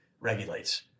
regulates